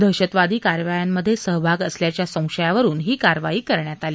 दहशतवादी कारवायांमध्ये सहभाग असल्याच्या संशयावरून ही कारवाई करण्यात आली